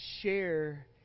share